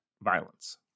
violence